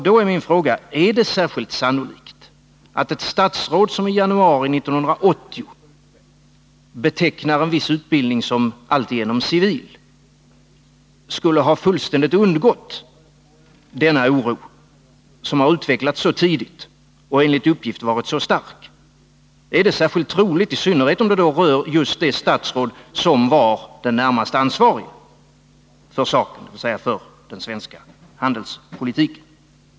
Då är min fråga: Är det särskilt sannolikt att ett statsråd som i januari 1980 betecknar en viss utbildning som alltigenom civil skulle ha fullständigt undgått denna oro, som utvecklats så tidigt och enligt uppgift varit så stark? Är det särskilt troligt — i synnerhet som det rör just det statsråd som var den närmast ansvarige för saken, dvs. för den svenska handelspolitiken?